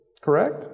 correct